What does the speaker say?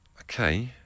Okay